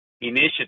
initiative